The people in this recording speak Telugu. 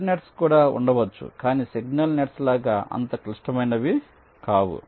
ఇతర నెట్స్ కూడా ఉండవచ్చు కాని సిగ్నల్ నెట్స్ లాగా అంత క్లిష్టమైనవి కావు